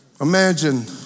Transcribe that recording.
Imagine